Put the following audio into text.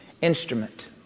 instrument